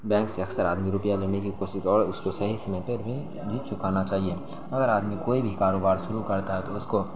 bank سے اکثر آدمی کو روپیہ لینے کی کوشش اور اس کو صحیح سمے پہ بھی بھی چکانا چاہیے اگر آدمی کوئی بھی کاروبار شروع کڑتا ہے تو اس کو